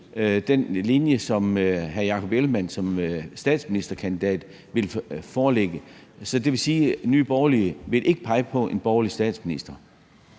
den linje, som hr. Jakob Ellemann-Jensen som statsministerkandidat vil lægge. Så det vil sige, at Nye Borgerlige ikke vil pege på en borgerlig statsminister.